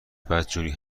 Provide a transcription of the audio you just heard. بدجوری